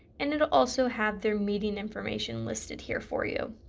and it will also have their meeting information listed here for you.